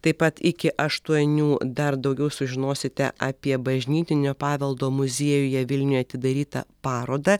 taip pat iki aštuonių dar daugiau sužinosite apie bažnytinio paveldo muziejuje vilniuje atidarytą parodą